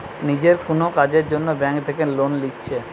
নিজের কুনো কাজের জন্যে ব্যাংক থিকে লোন লিচ্ছে